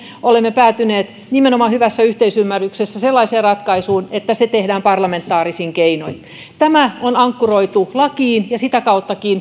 olemme päätyneet nimenomaan hyvässä yhteisymmärryksessä sellaiseen ratkaisuun että se tehdään parlamentaarisin keinoin tämä on ankkuroitu lakiin ja sitäkin kautta